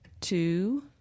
two